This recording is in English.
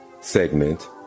segment